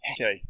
Okay